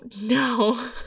no